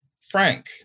Frank